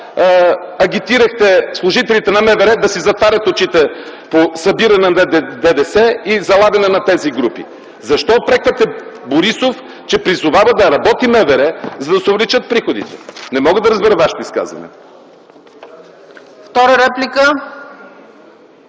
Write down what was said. агитирахте тогава служителите на МВР да си затварят очите по събиране на ДДС и залавяне на тези групи? Защо упреквате Борисов, че призовава да работи МВР, за да се увеличат приходите? Не мога да разбера Вашето изказване!